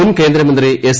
മുൻകേന്ദ്രമന്ത്രി S